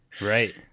right